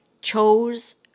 chose